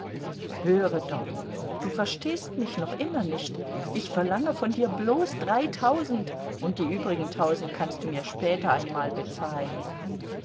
höre doch du verstehst mich noch immer nicht ich verlange von dir bloß dreitausend und die übrigen tausend kannst du mir später einmal bezahlen